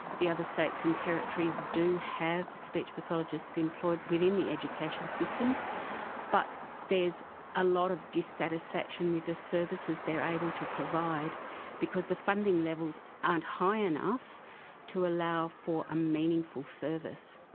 the other states and territories do have speech pathologists employed within the education systems but there's a lot of dissatisfaction with the services they are able to provide because the funding levels aren't high enough to allow for a meaningful service.